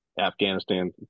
Afghanistan